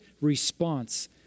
response